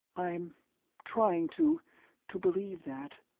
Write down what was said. i'm trying to to believe that,